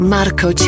Marco